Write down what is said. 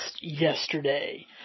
yesterday